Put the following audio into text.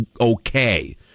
okay